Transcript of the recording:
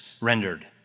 rendered